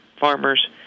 Farmers